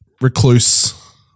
recluse